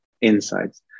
insights